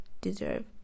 deserve